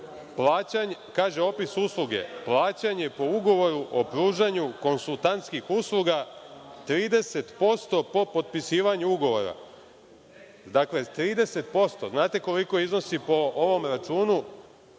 1/3/14, kaže, opis usluge – plaćanje po ugovoru o pružanju konsultantskih usluga 30% po potpisivanju ugovora. Dakle, 30%. Znate li koliko iznosi po ovom račun?